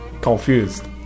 confused